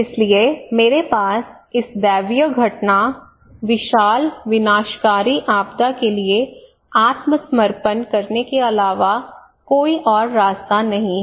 इसलिए मेरे पास इस दैवीय घटना विशाल विनाशकारी आपदा के लिए आत्मसमर्पण करने के अलावा कोई रास्ता नहीं है